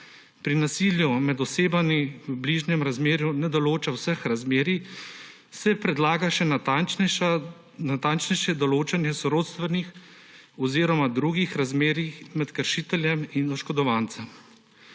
pri nasilju med osebami v bližnjem razmerju ne določa vseh razmerij, se predlaga še natančnejše določanje sorodstvenih oziroma drugih razmerij med kršiteljem in oškodovancem.